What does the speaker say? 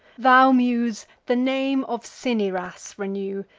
thou, muse, the name of cinyras renew,